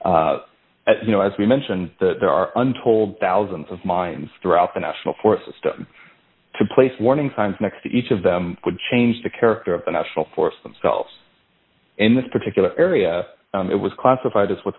at you know as we mentioned that there are untold thousands of mines throughout the national forest system to place warning signs next to each of them would change the character of the national forest themselves in this particular area it was classified as what's